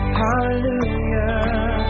hallelujah